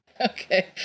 Okay